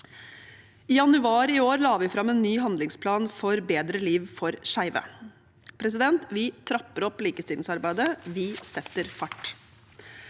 I januar i år la vi fram en ny handlingsplan for bedre liv for skeive. Vi trapper opp likestillingsarbeidet, og vi setter fart.